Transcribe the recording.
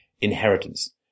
inheritance